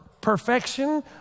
perfection